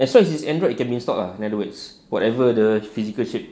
as long as it's Android it can be installed ah in other words whatever the physical shape